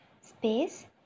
Space